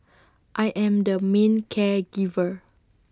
I am the main care giver